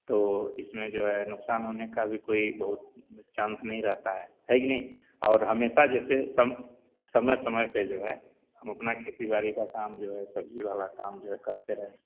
तो इसमें जो है नुकसान होने का भी कोई बोहौत में चांस नहीं रहता है है कि नहीं और हमेशा जैसे सम समय समय पर जो है हम अपना खेती बाड़ी का काम जो है सब्ज़ी वाला काम जो है करते रहे